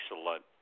excellent